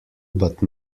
but